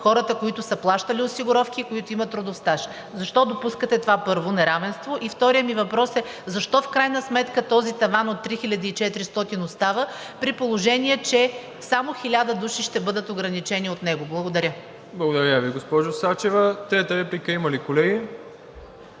хората, които са плащали осигуровки, които имат трудов стаж. Защо допускате това неравенство, първо? Вторият ми въпрос е: защо в крайна сметка този таван от 3400 остава, при положение че само 1000 души ще бъдат ограничени от него? Благодаря. ПРЕДСЕДАТЕЛ МИРОСЛАВ ИВАНОВ: Благодаря Ви, госпожо Сачева. Трета реплика има ли колеги?